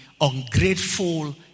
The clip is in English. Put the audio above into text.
ungrateful